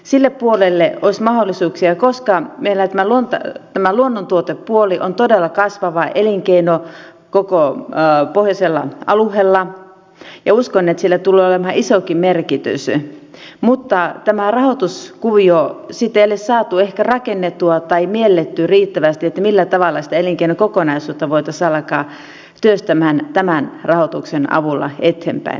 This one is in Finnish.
sille puolelle olisi mahdollisuuksia koska meillä tämä luonnontuotepuoli on todella kasvava elinkeino koko pohjoisella alueella ja uskon että sillä tulee olemaan isokin merkitys mutta sitten on tämä rahoituskuvio sitä ei ole saatu ehkä rakennettua tai ei ole mielletty riittävästi millä tavalla sitä elinkeinon kokonaisuutta voitaisiin alkaa työstämään tämän rahoituksen avulla eteenpäin